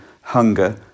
hunger